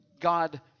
God